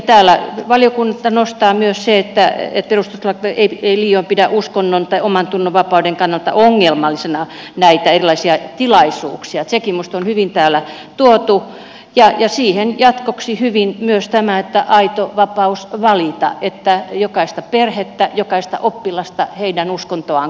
täällä valiokunta nostaa myös sen että perustuslakivaliokunta ei liioin pidä uskonnon tai omantunnonvapauden kannalta ongelmallisina näitä erilaisia tilaisuuksia ja sekin on minusta hyvin täällä tuotu ja siihen jatkoksi hyvin sopii myös tämä että on aito vapaus valita että jokaista perhettä jokaista oppilasta heidän uskontoaan kunnioitetaan